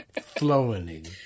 flowing